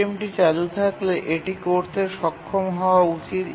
সিস্টেমটি চালু থাকলে এটি করতে সক্ষম হওয়া উচিত